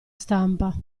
stampa